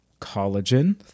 collagen